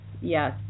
Yes